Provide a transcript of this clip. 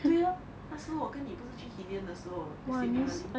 对咯那时候我不是跟你去 hillion 的时候